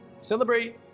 Celebrate